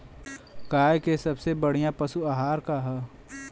गाय के सबसे बढ़िया पशु आहार का ह?